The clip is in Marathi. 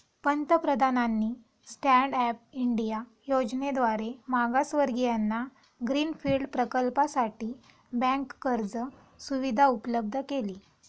पंतप्रधानांनी स्टँड अप इंडिया योजनेद्वारे मागासवर्गीयांना ग्रीन फील्ड प्रकल्पासाठी बँक कर्ज सुविधा उपलब्ध केली